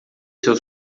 seu